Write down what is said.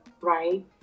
Right